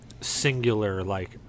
singular-like